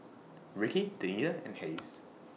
Rickie Danita and Hays